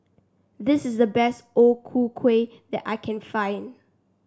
this is the best O Ku Kueh that I can find